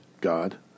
God